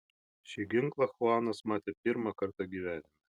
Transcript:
šį ginklą chuanas matė pirmą kartą gyvenime